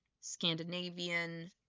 Scandinavian